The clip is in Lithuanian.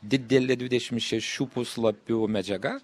didelė dvidešimt šešių puslapių medžiaga